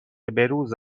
بهروز